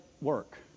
work